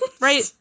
right